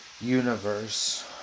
universe